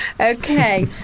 Okay